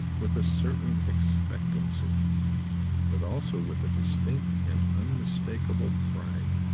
with a certain expectancy but also with a distinct and unmistakable pride.